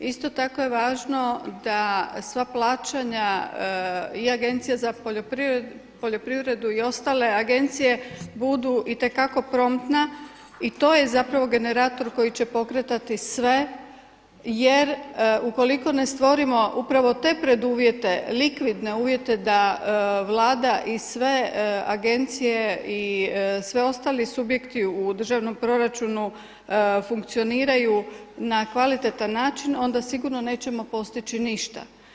Isto tako je važno da sva plaćanja i Agencije za poljoprivredu i ostale agencije budu itekako promptna i to je zapravo generator koji će pokretati sve jer ukoliko ne stvorimo upravo te preduvjete, likvidne uvjete da Vlada i sve agencije i svi ostali subjekti u državnom proračunu funkcioniraju na kvalitetan način onda sigurno nećemo postići ništa.